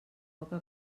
poca